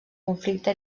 conflicte